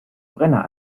brenner